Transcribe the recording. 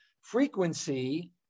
frequency